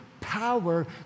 power